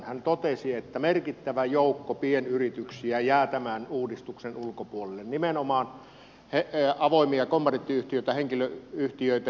hän totesi että merkittävä joukko pienyrityksiä jää tämän uudistuksen ulkopuolelle nimenomaan avoimia kommandiittiyhtiöitä henkilöyhtiöitä